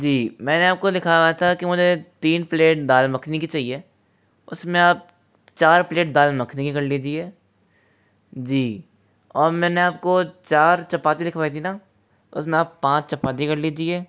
जी मैंने आपको लिखवाया था कि मुझे तीन प्लेट दाल मखनी की चाहिए उसमें आप चार प्लेट दाल मखनी कर लीजिए जी और मैंने आपको चार चपाती लिखवा थी न उसमें आप पाँच चपाती कर लीजिए